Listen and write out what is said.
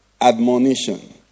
Admonition